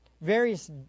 various